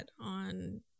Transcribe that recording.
on